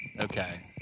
okay